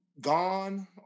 Gone